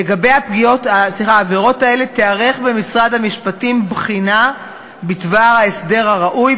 לגבי העבירות האלה תיערך במשרד המשפטים בחינה בדבר ההסדר הראוי,